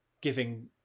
giving